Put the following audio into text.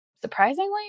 Surprisingly